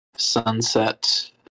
Sunset